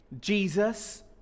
Jesus